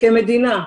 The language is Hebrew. כמדינה,